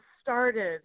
started